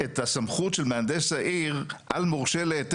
את הסיפה של מה שאמר היועץ המשפטי של הוועדה.